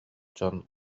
дьон